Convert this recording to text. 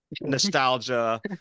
nostalgia